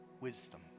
wisdom